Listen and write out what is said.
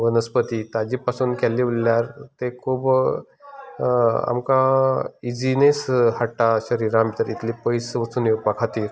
वनस्पती ताचे पासून केल्लें उरल्यार तें खूब आमकां इजिनेस हाडटा शरिरां भितर इतलें पयस वचून येवपा खातीर